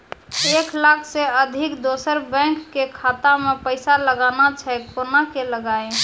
एक लाख से अधिक दोसर बैंक के खाता मे पैसा लगाना छै कोना के लगाए?